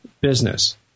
business